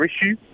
issue